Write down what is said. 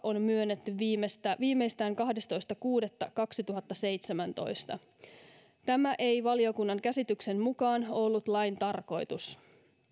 on myönnetty viimeistään viimeistään kahdestoista kuudetta kaksituhattaseitsemäntoista tämä ei valiokunnan käsityksen mukaan ollut lain tarkoitus